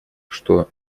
что